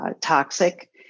toxic